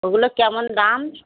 ওগুলো কেমন দাম